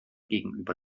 gegenüber